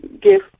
give